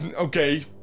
Okay